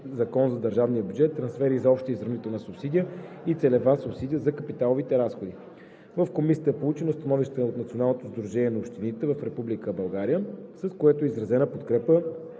закон за държавния бюджет трансфери за обща изравнителна субсидия и целева субсидия за капиталови разходи. В Комисията е получено становище от Националното сдружение на общините в Република България, с което е изразена подкрепа